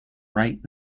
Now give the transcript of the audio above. right